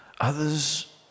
Others